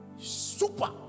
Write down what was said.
super